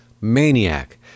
maniac